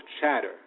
chatter